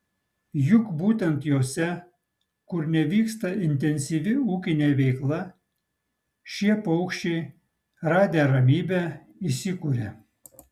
juk būtent jose kur nevyksta intensyvi ūkinė veikla šie paukščiai radę ramybę įsikuria